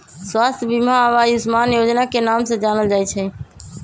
स्वास्थ्य बीमा अब आयुष्मान योजना के नाम से जानल जाई छई